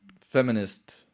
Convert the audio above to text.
feminist